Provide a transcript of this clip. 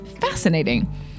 fascinating